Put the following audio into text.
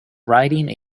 riding